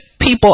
people